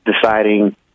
deciding